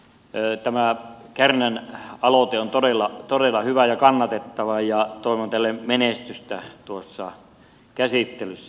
tämä kärnän aloite on todella hyvä ja kannatettava ja toivon tälle menestystä käsittelyssä